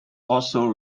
also